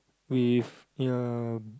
with uh